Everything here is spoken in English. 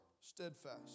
steadfast